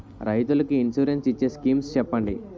రైతులు కి ఇన్సురెన్స్ ఇచ్చే స్కీమ్స్ చెప్పండి?